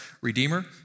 Redeemer